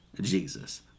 Jesus